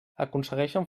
aconsegueixen